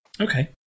Okay